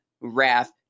Wrath